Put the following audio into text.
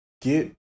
get